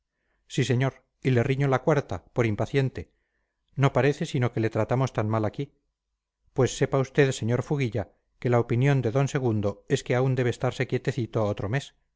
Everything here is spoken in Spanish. sí señor y le riño la cuarta por impaciente no parece sino que le tratamos tan mal aquí pues sepa usted señor fuguilla que la opinión de d segundo es que aún debe estarse quietecito otro mes